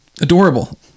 Adorable